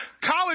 College